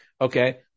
Okay